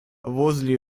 возле